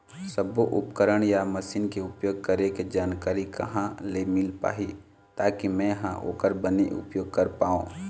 सब्बो उपकरण या मशीन के उपयोग करें के जानकारी कहा ले मील पाही ताकि मे हा ओकर बने उपयोग कर पाओ?